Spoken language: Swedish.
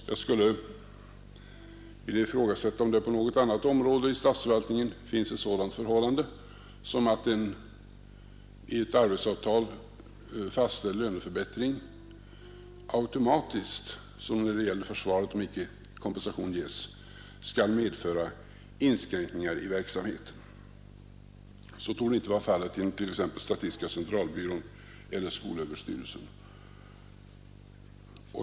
Jag skulle vilja ifrågasätta om det på något annat område i statsförvaltningen finns ett sådant förhållande som att en i ett arbetsavtal fastställd löneförbättring automatiskt som när det gäller försvaret, om icke kompensation ges, skall medföra inskränkningar i verksamheten. Så torde inte vara fallet inom exempelvis statistiska centralbyrån eller skolöverstyrelsen.